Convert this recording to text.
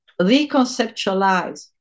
reconceptualize